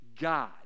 God